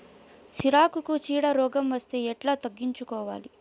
సిరాకుకు చీడ రోగం వస్తే ఎట్లా తగ్గించుకోవాలి?